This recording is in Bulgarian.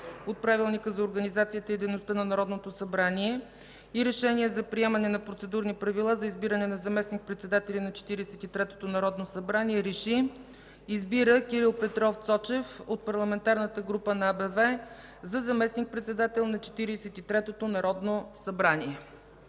от Правилника за организацията и дейността на Народното събрание и Решение за приемане на Процедурни правила за избиране на заместник-председатели на Четиридесет и третото народно събрание РЕШИ: Избира Кирил Петров Цочев от Парламентарната група на АБВ за заместник-председател на Четиридесет и третото народно събрание.”